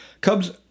Cubs